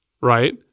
right